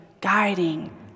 guiding